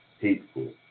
hateful